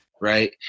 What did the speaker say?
Right